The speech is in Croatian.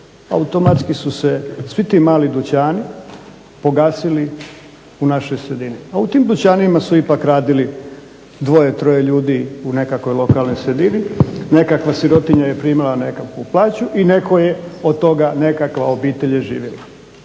Automatski su se svi ti mali dućani pogasili u našoj sredini. A u tim dućanima su ipak radili dvoje, troje ljudi u nekakvoj lokalnoj sredini, nekakva sirotinja je primala nekakvu plaću i netko je od toga nekakva obitelj je živjela.